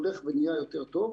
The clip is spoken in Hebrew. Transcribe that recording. הולך ונהיה יותר טוב.